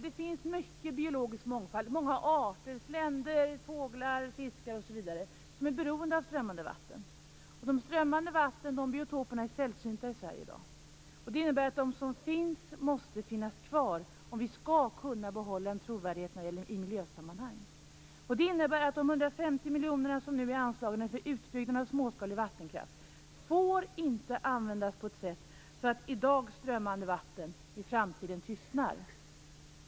Det finns mycket biologisk mångfald, många arter - sländor, fåglar, fiskar osv. - som är beroende av strömmande vatten. De strömmande vattnen är sällsynta som biotop i Sverige i dag. Det innebär att de som finns måste finnas kvar om vi skall kunna behålla en trovärdighet i miljösammanhang. Det innebär att de 150 miljoner som nu är anslagna för utbyggnad av småskalig vattenkraft inte får användas på ett sätt som gör att i dag strömmande vatten i framtiden tystnar.